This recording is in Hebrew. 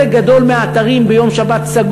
חלק גדול מהאתרים סגורים ביום שבת.